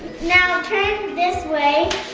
now turn this way.